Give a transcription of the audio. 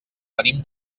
venim